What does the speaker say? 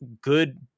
good